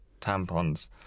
tampons